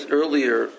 earlier